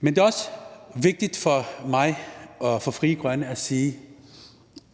Det er også vigtigt for mig og Frie Grønne at sige,